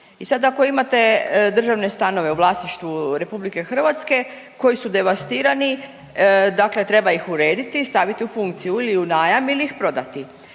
I sad ako imate državne stanove u vlasništvu RH koji su devastirani, dakle treba ih urediti i staviti u funkciju ili u najam ili ih prodati.